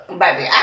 baby